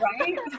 Right